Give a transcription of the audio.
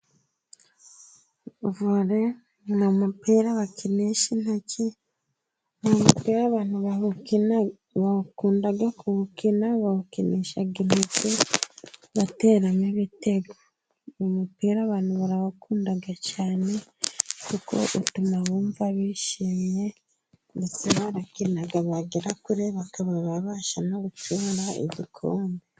Vole ni umupira bakinisha intoki, ni umupira abantu bakunda kuwukina bawukinisha intoki bateramo ibitego, umupira abantu barabakunda cyane, kuko utuma bumva bishimye ndetse barakina bagera kure, bakaba babasha no gucyura igikombe.